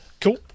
Cool